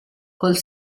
col